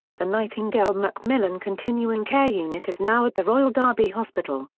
the nightingale-macmillan continuing care unit is now at the royal derby hospital,